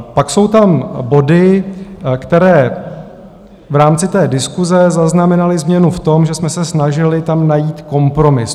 Pak jsou tam body, které v rámci diskuse zaznamenaly změnu v tom, že jsme se snažili tam najít kompromis.